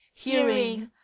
hearing,